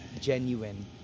genuine